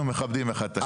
אנחנו מכבדים אחד את השני.